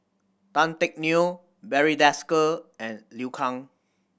Tan Teck Neo Barry Desker and Liu Kang